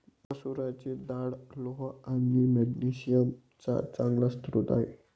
मसुराची डाळ लोह आणि मॅग्नेशिअम चा चांगला स्रोत आहे